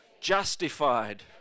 Justified